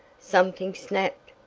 something snapped!